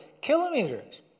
kilometers